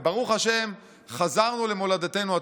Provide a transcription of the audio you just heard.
חזרנו למולדתנו הטבעית.